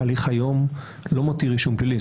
ההליך היום לא מותיר רישום פלילי.